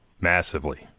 massively